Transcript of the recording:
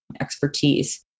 expertise